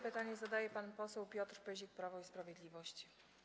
Pytanie zadaje pan poseł Piotr Pyzik, Prawo i Sprawiedliwość.